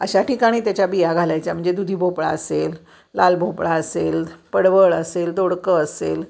अशा ठिकाणी त्याच्या बिया घालायच्या म्हणजे दुधी भोपळा असेल लाल भोपळा असेल पडवळ असेल दोडकं असेल